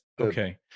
okay